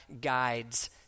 guides